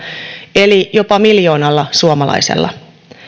eli jopa miljoonalla suomalaisella